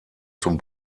zum